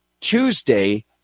Tuesday